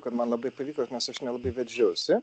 kad man labai pavyko nes aš nelabai veržiausi